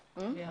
הוראות,